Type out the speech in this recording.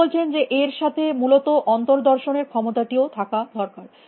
উনি বলছেন যে এর সাথে মূলত অন্তর্দর্শন এর ক্ষমতাটিও থাকা দরকার